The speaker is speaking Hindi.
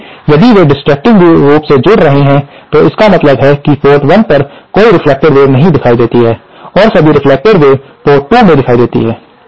इसलिए यदि वे डेसट्रक्टिवेली रूप से जोड़ रहे हैं तो इसका मतलब है कि पोर्ट 1 पर कोई रेफ्लेक्टेड वेव नहीं दिखाई देती है और सभी रेफ्लेक्टेड वेव्स पोर्ट 2 में दिखाई देती हैं